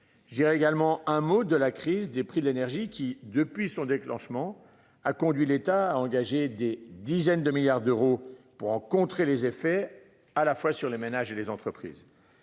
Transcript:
Je dirais également un mot de la crise des prix de l'énergie qui depuis son déclenchement a conduit l'État engager des dizaines de milliards d'euros pour contrer les effets à la fois sur les ménages et les entreprises.